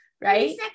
Right